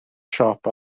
siop